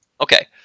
Okay